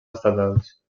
estatals